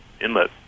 inlet